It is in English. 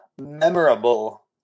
memorable